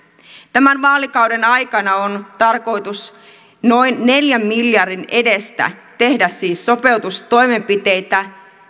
tämän vaalikauden aikana on tarkoitus noin neljän miljardin edestä tehdä siis sopeutustoimenpiteitä